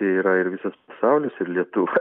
tai yra ir visas pasaulis ir lietuva